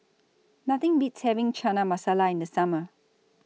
Nothing Beats having Chana Masala in The Summer